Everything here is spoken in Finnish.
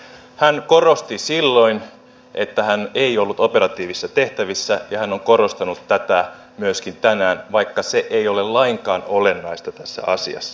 hän korosti silloin että hän ei ollut operatiivisissa tehtävissä ja hän on korostanut tätä myöskin tänään vaikka se ei ole lainkaan olennaista tässä asiassa